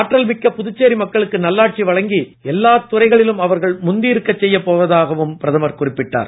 ஆற்றல் மிக்க புதுச்சேரி மக்களுக்கு நல்லாட்சி வழங்கி எல்லாத் துறைகளிலும் அவர்கள் முந்தியிருக்க செய்யப் போவதாகவும் குறிப்பிட்டார்